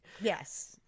Yes